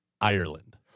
Ireland